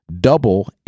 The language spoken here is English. double